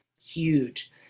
huge